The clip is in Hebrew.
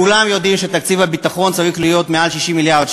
כולם יודעים שתקציב הביטחון צריך להיות יותר מ-60 מיליארד שקל,